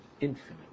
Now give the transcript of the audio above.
infinite